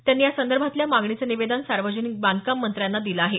त्यांनी या संदर्भातल्या मागणीचं निवेदन सार्वजनिक बांधकाम मंत्र्यांना दिलं आहे